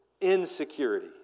insecurity